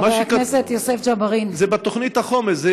זה בתוכנית החומש,